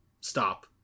stop